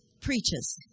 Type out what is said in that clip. preaches